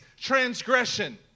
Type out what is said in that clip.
transgression